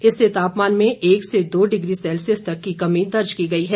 इससे तापमान में एक से दो डिग्री सैल्सियस तक की कमी दर्ज की गई है